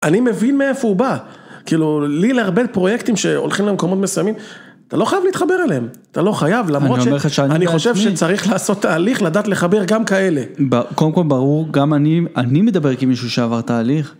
אני מבין מאיפה הוא בא, כאילו לי להרבה פרויקטים שהולכים למקומות מסוימים, אתה לא חייב להתחבר אליהם, אתה לא חייב, למרות שאני חושב שצריך לעשות תהליך לדעת לחבר גם כאלה. קודם כל ברור, גם אני מדבר עם מישהו שעבר תהליך.